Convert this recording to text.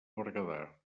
berguedà